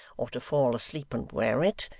or to fall asleep and wear it,